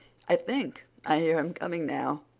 i think i hear him coming now.